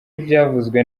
ibyavuzwe